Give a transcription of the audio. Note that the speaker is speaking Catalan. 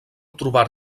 trobar